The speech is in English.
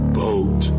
boat